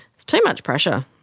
it's too much pressure.